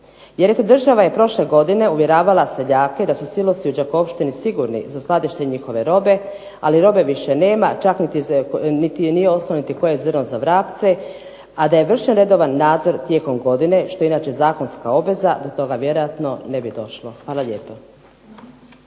jer ih država i prošle godine uvjeravala seljake da su silosi u Đakovštini sigurni za skladištenje njihove robe, ali robe više nema čak nije ostavljen niti koje zrno za vrapce, a da je vršen redovan nadzor tijekom godine, što je inače zakonska obveza toga vjerojatno ne bi došlo. Hvala lijepa.